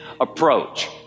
approach